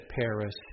Paris